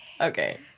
okay